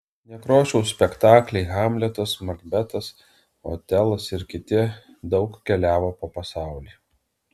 nekrošiaus spektakliai hamletas makbetas otelas ir kiti daug keliavo po pasaulį